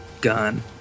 gun